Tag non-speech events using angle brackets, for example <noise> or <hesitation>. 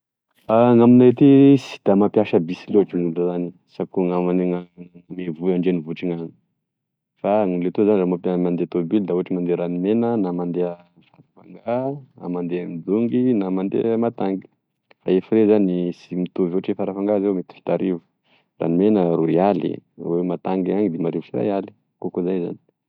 <hesitation> Gn'aminay ety sy da mampiasa bus loatry nolo any sa- am- an-drenivohitrign'any fa amle teo za nandeha tombily da ohatry mandeha Ranomena na mandeha Farafanga mandeha Midongy na mandeha Matangy fa e frais zany sy mitovy ohatry oe farafanga zao mety fitarivo ranomena roy aly ro matangy any dimarivo sy ray aly kokoa zay zany